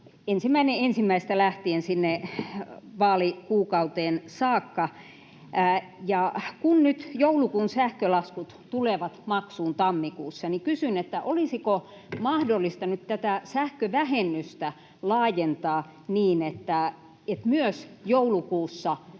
saa 1.1. lähtien sinne vaalikuukauteen saakka, ja kun nyt joulukuun sähkölaskut tulevat maksuun tammikuussa, niin kysyn: olisiko mahdollista nyt tätä sähkövähennystä laajentaa niin, että myös joulukuussa käytetty